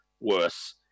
worse